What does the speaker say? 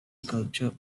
sculpture